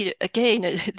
again